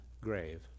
grave